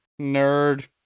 Nerd